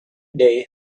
day